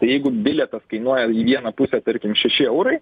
tai jeigu bilietas kainuoja į vieną pusę tarkim šeši eurai